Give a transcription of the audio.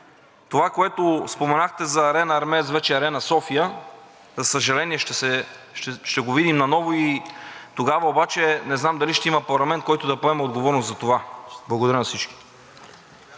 това, което споменахте за „Арена Армеец“ вече „Арена София“, за съжаление, ще го видим наново и тогава обаче не знам дали ще има парламент, който да поеме отговорност за това. Благодаря на всички.